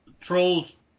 Trolls